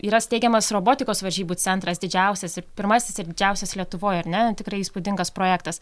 yra steigiamas robotikos varžybų centras didžiausias pirmasis ir didžiausias lietuvoj ar ne tikrai įspūdingas projektas